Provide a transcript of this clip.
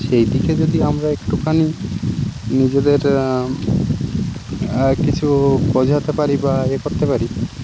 সেই দিকে যদি আমরা একটুখানি নিজেদের কিছু বোঝাতে পারি বা ইয়ে করতে পারি